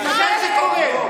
ממתי זה קורה?